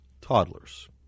Toddlers